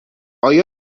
آیا